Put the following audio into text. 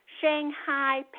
Shanghai